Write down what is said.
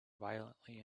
violently